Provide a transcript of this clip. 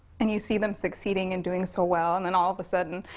and you see them succeeding and doing so well and and all of a sudden